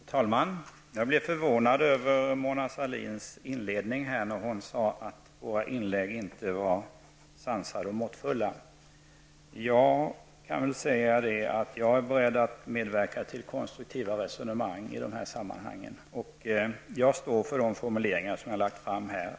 Fru talman! Jag blev förvånad över Mona Sahlins inledning, där hon sade att våra inlägg inte var sansade och måttfulla. Jag kan säga att jag har medverkat till konstruktiva resonemang i dessa sammanhang. Jag står för mina formuleringar här.